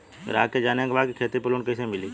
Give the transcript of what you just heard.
ग्राहक के जाने के बा की खेती पे लोन कैसे मीली?